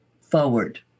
forward